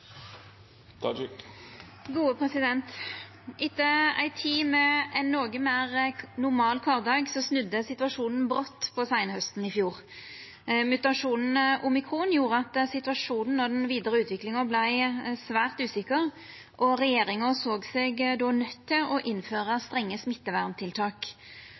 Etter ei tid med ein noko nær normal kvardag snudde situasjonen brått på seinhausten i fjor. Mutasjonen omikron gjorde at situasjonen og den vidare utviklinga vart svært usikker, og regjeringa såg seg då nøydd til å innføra strenge smitteverntiltak.